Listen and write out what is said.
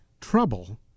trouble